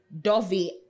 Dovey